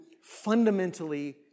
fundamentally